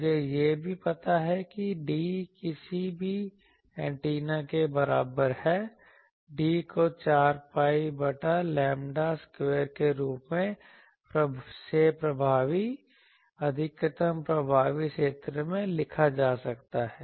मुझे यह भी पता है कि D किसी भी एंटीना के बराबर है D को 4 pi बटा लैम्ब्डा स्क्वायर के रूप में प्रभावी अधिकतम प्रभावी क्षेत्र में लिखा जा सकता है